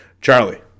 Charlie